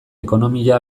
ekonomia